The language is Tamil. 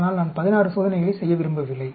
ஆனால் நான் 16 சோதனைகள் செய்ய விரும்பவில்லை